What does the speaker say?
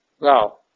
Now